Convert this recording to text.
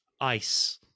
ice